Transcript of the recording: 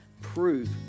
prove